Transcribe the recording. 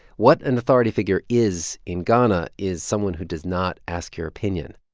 what an authority figure is in ghana is someone who does not ask your opinion